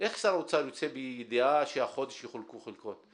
איך שר האוצר יוצא בידיעה שהחודש יחולקו חלקות?